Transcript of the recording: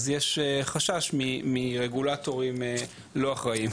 אז יש חשש מרגולטורים לא אחראיים.